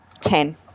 Ten